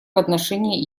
отношении